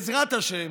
בעזרת השם,